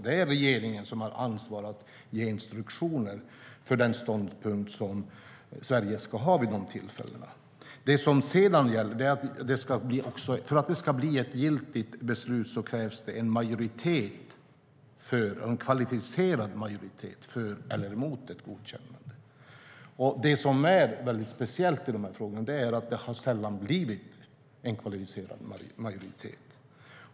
Det är regeringen som har ansvar att ge instruktioner för den ståndpunkt som Sverige ska ha vid dessa tillfällen. För att det sedan ska bli ett giltigt beslut krävs det en kvalificerad majoritet för eller mot ett godkännande. Det som är mycket speciellt i dessa frågor är att det sällan har blivit en kvalificerad majoritet.